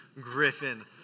Griffin